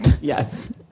yes